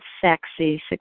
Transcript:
sexy